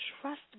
trust